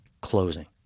closing